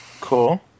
Cool